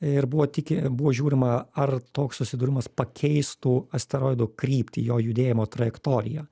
ir buvo tiki buvo žiūrima ar toks susidūrimas pakeistų asteroido kryptį jo judėjimo trajektoriją